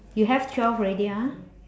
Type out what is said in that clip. you have twelve already ah